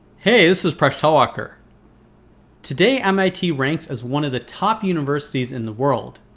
hey, this is presh talwalkar today mit ranks as one of the top universities in the world.